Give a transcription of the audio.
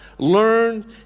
Learn